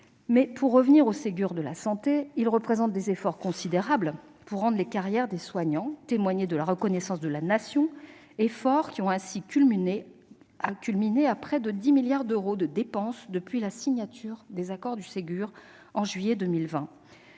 Pour en revenir au Ségur de la santé, il représente des efforts considérables pour rendre les carrières des soignants plus attractives et témoigner de la reconnaissance de la Nation à leur égard, efforts qui ont culminé à près de 10 milliards d'euros de dépenses depuis la signature des accords en juillet 2020.